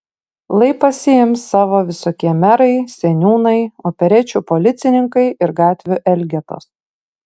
lai pasiims savo visokie merai seniūnai operečių policininkai ir gatvių elgetos